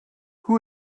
who